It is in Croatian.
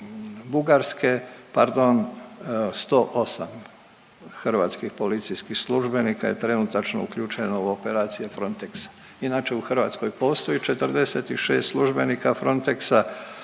Bugarske, pardon, 108 hrvatskih policijskih službenika je trenutačno uključeno u operacije Frontexa. Inače, u Hrvatskoj postoji 46 službenika Frontexa